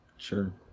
Sure